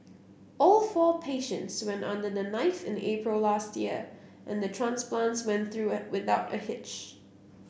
all four patients went under the knife in April last year and the transplants went through it without a hitch